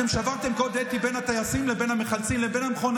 אתם שברתם קוד אתי בין הטייסים לבין המחלצים והמכונאים.